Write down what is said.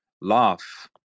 laugh